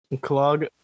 clog